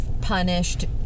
punished